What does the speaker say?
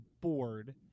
bored